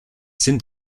sind